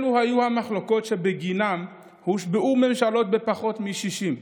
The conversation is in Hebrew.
אלה היו המחלוקות שבגינן הושבעו ממשלות בפחות מ-60,